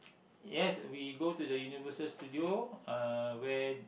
yes we go to the Universal-Studios uh where